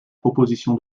proposition